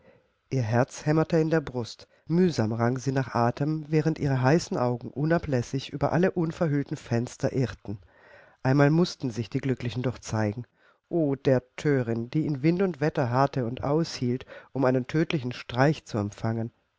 ihr herz hämmerte in der brust mühsam rang sie nach atem während ihre heißen augen unablässig über alle unverhüllten fenster irrten einmal mußten sich die glücklichen doch zeigen o der thörin die in wind und wetter harrte und aushielt um einen tödlichen streich zu empfangen